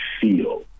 feel